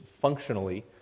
functionally